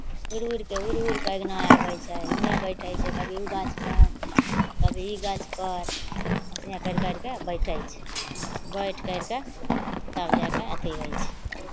उड़ि उड़ि कऽ उड़ि उड़ि कऽ अङ्गना आबै छै ओने बैठै छै कभी ओ गाछपर कभी ई गाछपर असिहै करि करि कऽ बैठै छै बैठ करि कऽ तब जाए कऽ अथि होइ छै